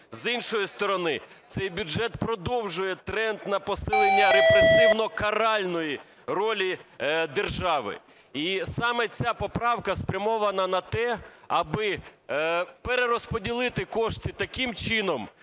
з іншої сторони, цей бюджет продовжує тренд на посилення репресивно-каральної ролі держави. І саме ця поправка спрямована на те, аби перерозподілити кошти таким чином,